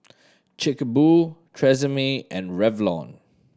Chic a Boo Tresemme and Revlon